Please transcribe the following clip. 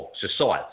society